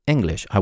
English